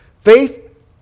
faith